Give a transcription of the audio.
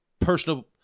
personal